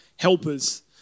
Helpers